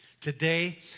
Today